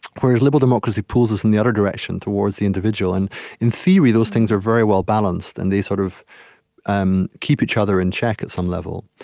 whereas liberal democracy pulls us in the other direction, towards the individual and in theory, those things are very well-balanced, and they sort of um keep each other in check, at some level.